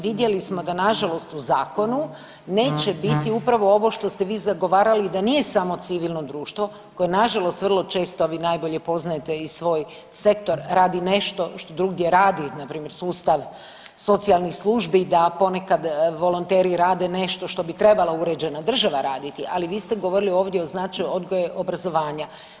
Vidjeli smo da nažalost u zakonu neće biti upravo ovo što ste vi zagovarali da nije samo civilno društvo koje nažalost vrlo često, a vi najbolje poznajete i svoj sektor radi nešto što drugdje radi npr. sustav socijalnih službi, da poneka volonteri rade nešto što bi trebala uređena država raditi, ali vi ste govorili ovdje o značaju odgoja i obrazovanja.